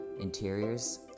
interiors